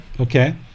Okay